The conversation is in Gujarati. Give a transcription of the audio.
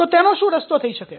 તો તેનો શું રસ્તો થઈ શકે